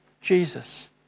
Jesus